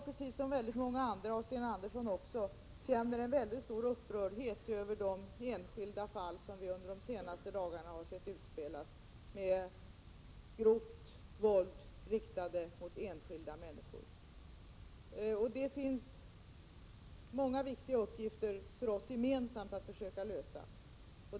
Precis som väldigt många andra — och även Sten Andersson — är jag mycket upprörd över de enskilda fall som under senaste dagarna har utspelats, med grovt våld riktat mot enskilda människor. Det finns många viktiga frågor som vi gemensamt måste försöka lösa.